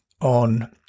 on